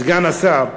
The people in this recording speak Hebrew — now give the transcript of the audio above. סגן השר,